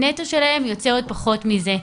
הנטו יוצא עוד פחות מזה.